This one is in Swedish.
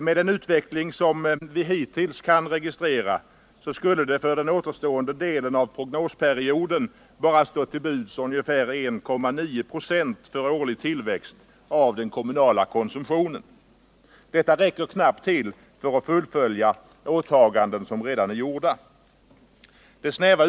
Med den utveckling som vi hittills kan registrera skulle det för den återstående delen av prognosperioden bara stå till buds ungefär 1,9 96 för årlig tillväxt av den kommunala konsumtionen. Detta räcker knappt till för att fullfölja redan påbörjade åtaganden.